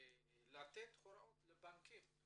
לתת הוראות לבנקים.